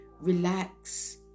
relax